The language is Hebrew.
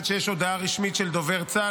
עד שיש הודעה רשמית של דובר צה"ל.